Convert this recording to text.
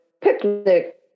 picnic